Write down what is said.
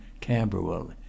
camberwell